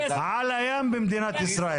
על הים במדינת ישראל.